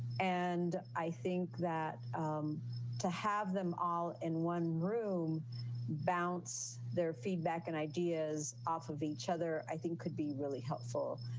and i think that to have them all in one room bounce their feedback and ideas off of each other. i think could be really helpful.